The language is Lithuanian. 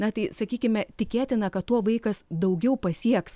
na tai sakykime tikėtina kad tuo vaikas daugiau pasieks